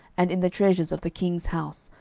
and in the treasures of the king's house,